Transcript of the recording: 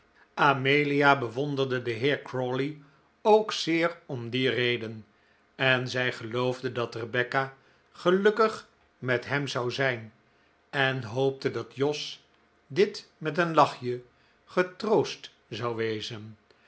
amelia bewonderde den heer crawley ook zeer om die reden en zij geloofde dat rebecca gelukkig met hem zou zijn en hoopte dat jos dit met een lachje getroost zou wezen